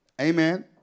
Amen